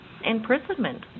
imprisonment